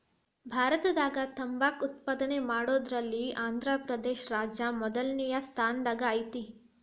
ಭಾರತದಾಗ ತಂಬಾಕ್ ಉತ್ಪಾದನೆ ಮಾಡೋದ್ರಲ್ಲಿ ಆಂಧ್ರಪ್ರದೇಶ ರಾಜ್ಯ ಮೊದಲ್ನೇ ಸ್ಥಾನದಾಗ ಐತಿ